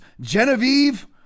Genevieve